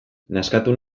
nazkatu